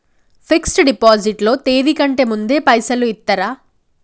Fix డ్ deposit లో తేది కంటే ముందే పైసలు ఇత్తరా?